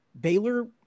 Baylor